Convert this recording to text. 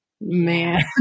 Man